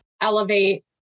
Elevate